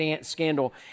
scandal